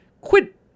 quit